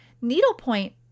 needlepoint